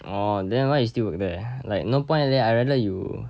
oh then why you still work there like no point like that I rather you